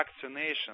vaccination